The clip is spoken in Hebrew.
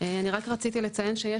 אני אסביר.